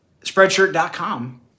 Spreadshirt.com